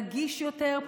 נגיש יותר,